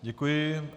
Děkuji.